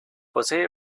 posee